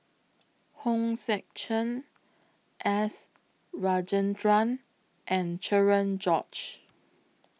Hong Sek Chern S Rajendran and Cherian George